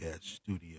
studio